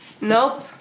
Nope